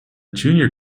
junior